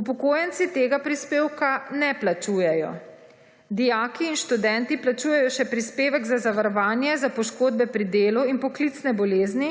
Upokojenci tega prispevka ne plačujejo. Dijaki in študenti plačujejo še prispevek za zavarovanje za poškodbe pri delu in poklicne bolezni,